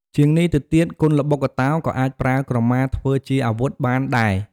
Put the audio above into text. ជាងនេះទៅទៀត គុនល្បុក្កតោក៏អាចប្រើក្រមាធ្វើជាអាវុធបានដែរ ។